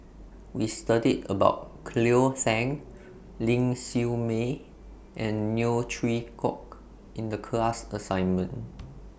We studied about Cleo Thang Ling Siew May and Neo Chwee Kok in The class assignment